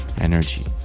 energy